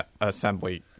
Assembly